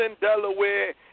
Delaware